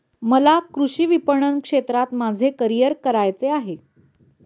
मला कृषी विपणन क्षेत्रात माझे करिअर करायचे आहे